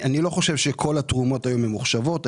אני לא חושב שכל התרומות היום ממוחשבות.